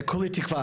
כולי תקווה